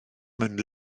mewn